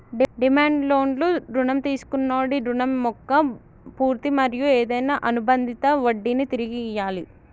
demand లోన్లు రుణం తీసుకొన్నోడి రుణం మొక్క పూర్తి మరియు ఏదైనా అనుబందిత వడ్డినీ తిరిగి ఇయ్యాలి